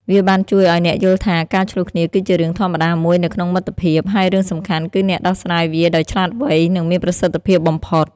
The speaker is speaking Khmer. វាបានជួយឱ្យអ្នកយល់ថា ការឈ្លោះគ្នាគឺជារឿងធម្មតាមួយនៅក្នុងមិត្តភាព ហើយរឿងសំខាន់គឺអ្នកដោះស្រាយវាដោយឆ្លាតវៃនិងមានប្រសិទ្ធភាពបំផុត។